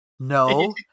No